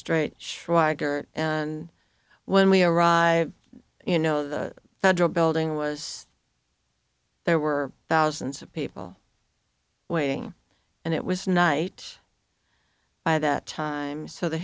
schweigert and when we arrived you know the federal building was there were thousands of people waiting and it was night by that time so the